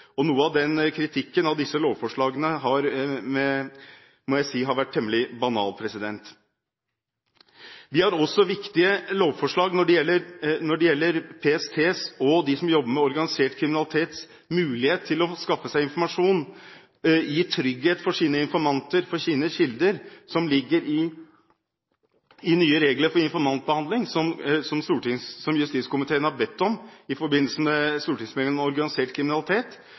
påvises. Noe av kritikken mot disse lovforslagene må jeg si har vært temmelig banal. Vi har også viktige lovforslag for PSTs og de som jobber med organisert kriminalitets mulighet til å skaffe seg informasjon, gi trygghet for deres informanter, for deres kilder. Dette ligger i nye regler for informantbehandling, som justiskomiteen har bedt om i forbindelse med stortingsmeldingen om organisert kriminalitet,